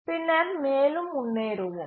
பின்னர் மேலும் முன்னேறுவோம்